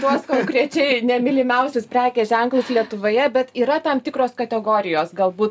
tuos konkrečiai nemylimiausius prekės ženklus lietuvoje bet yra tam tikros kategorijos galbūt